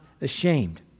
ashamed